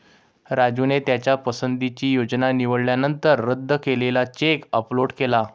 राजूने त्याच्या पसंतीची योजना निवडल्यानंतर रद्द केलेला चेक अपलोड केला